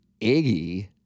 Iggy